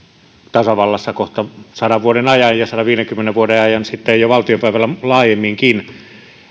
tasavallassa kohta sadan vuoden ajan ja ja sadanviidenkymmenen vuoden ajan sitten jo valtiopäivillä laajemminkin